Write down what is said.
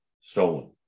stolen